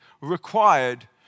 required